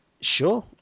sure